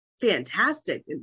fantastic